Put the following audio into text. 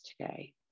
today